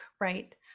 Right